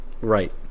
Right